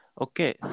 okay